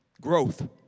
Growth